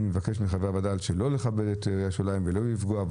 אני מבקש מחברי הוועדה לא לכבד את עיריית ירושלים ולא לפגוע.